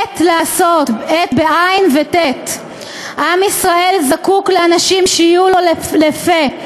"עט לעשות, עם ישראל זקוק לאנשים שיהיו לו לפה.